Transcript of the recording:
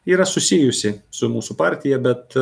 yra susijusi su mūsų partija bet